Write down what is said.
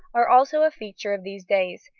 are also a feature of these days,